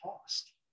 cost